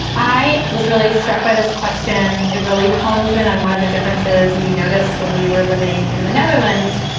i was really struck by this question it really hones in on one of the differences we noticed when we were living in the netherlands,